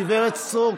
גב' סטרוק,